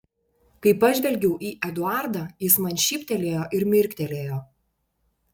kai pažvelgiau į eduardą jis man šyptelėjo ir mirktelėjo